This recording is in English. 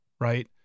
right